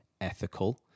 ethical